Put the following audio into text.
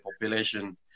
population